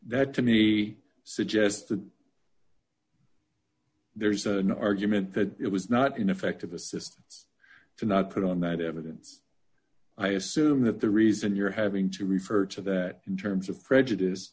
that to me suggested there's an argument that it was not ineffective assistance to not put on that evidence i assume that the reason you're having to refer to that in terms of prejudice